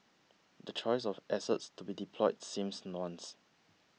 the choice of assets to be deployed seems nuanced